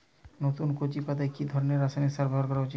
নতুন কচি পাতায় কি ধরণের রাসায়নিক সার ব্যবহার করা উচিৎ?